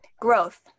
growth